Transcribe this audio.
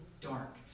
dark